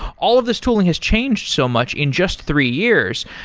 all of these tooling has changed so much in just three years.